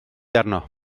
arno